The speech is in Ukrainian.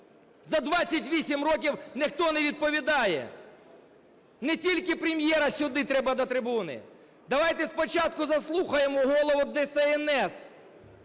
За 28 років ніхто не відповідає. Не тільки Прем'єра сюди треба на трибуну, давайте спочатку заслухаємо голову ДСНС,